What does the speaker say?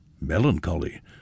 melancholy